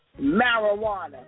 marijuana